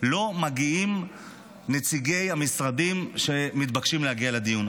לא מגיעים נציגי המשרדים שמתבקשים להגיע לדיון.